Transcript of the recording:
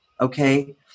Okay